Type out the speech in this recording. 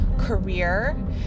career